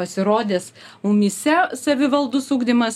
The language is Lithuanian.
pasirodęs mumyse savivaldus ugdymas